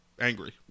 angry